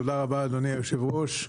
תודה רבה, אדוני היושב-ראש.